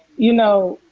you know,